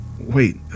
wait